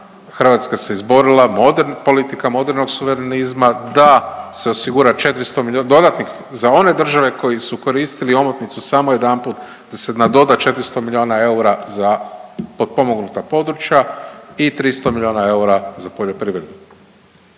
Hrvatska se izborila, modernim politikama modernog suverenizma da se osigura 400 .../nerazumljivo/... dodatnih, za one države koji su koristili omotnicu samo jedanput, da se nadoda 400 milijuna eura za potpomognuta područja i 300 milijuna eura za poljoprivredu.